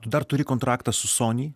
tu dar turi kontraktą su sony